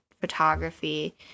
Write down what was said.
photography